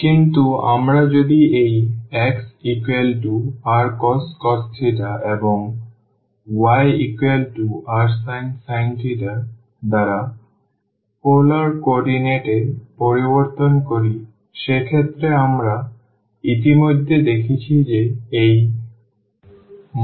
কিন্তু আমরা যদি এই xrcos এবং ওyrsin দ্বারা পোলার কোঅর্ডিনেট এ পরিবর্তন করি সেক্ষেত্রে আমরা ইতিমধ্যে দেখেছি যে এই Jr